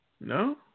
No